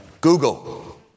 Google